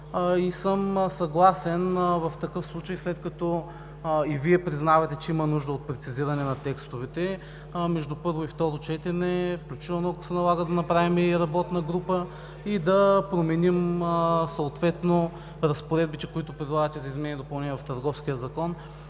зала. Съгласен съм в такъв случай, след като и Вие признавате, че има нужда от прецизиране на текстовете, между първо и второ четене, включително, ако се налага, да направим и работна група, и да променим съответно разпоредбите, които предлагате за изменение и допълнение в Търговския закон,